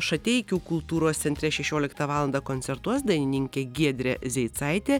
šateikių kultūros centre šešioliktą valandą koncertuos dainininkė giedrė zeicaitė